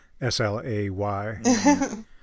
S-L-A-Y